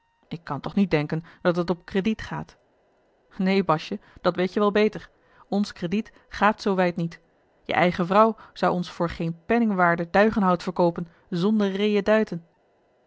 ik kan toch niet denken dat het op krediet gaat neen bastje dat weet je wel beter ons krediet gaapt zoo wijd niet je eigen vrouw zou ons voor geen penningwaarde duigenhout verkoopen zonder